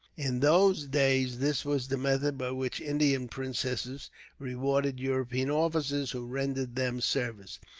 in those days, this was the method by which indian princes rewarded european officers who rendered them service,